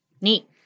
Neat